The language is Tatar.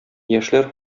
яшьләр